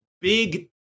big